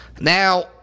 Now